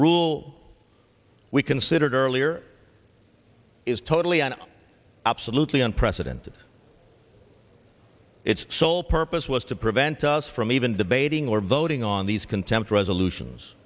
rule we considered earlier is totally and absolutely unprecedented its sole purpose was to prevent us from even debating or voting on these contempt resolutions